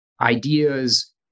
ideas